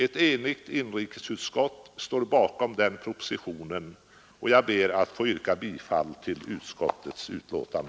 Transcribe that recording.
Ett enigt inrikesutskott står bakom propositionen, och jag ber att få yrka bifall till utskottets hemställan.